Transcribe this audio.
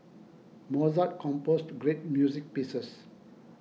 Mozart composed great music pieces